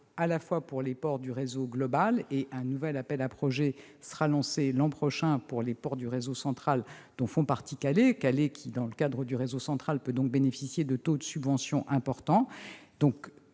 européen pour les ports du réseau global. En outre, un nouvel appel à projets sera lancé l'an prochain pour les ports du réseau central dont fait partie Calais, qui, dans ce cadre, peut donc bénéficier de taux de subvention importants.